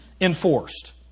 enforced